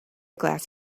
glass